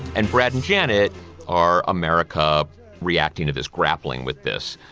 and brad and janet are america reacting to this grappling with this.